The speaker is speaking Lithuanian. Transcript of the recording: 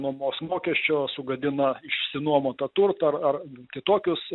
nuomos mokesčio sugadina išsinuomoto turto ar ar kitokius